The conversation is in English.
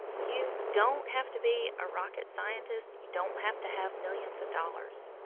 you don't have to be a rocket scientist. you don't have to have millions of dollars.